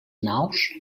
naus